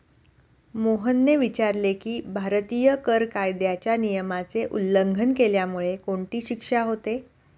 मोहनने विचारले की, भारतीय कर कायद्याच्या नियमाचे उल्लंघन केल्यामुळे कोणती शिक्षा होते?